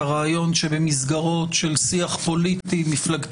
הרעיון שבמסגרות של שיח פוליטי-מפלגתי